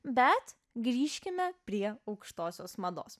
bet grįžkime prie aukštosios mados